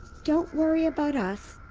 don't worry about us.